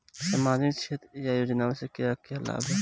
सामाजिक क्षेत्र की योजनाएं से क्या क्या लाभ है?